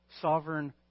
sovereign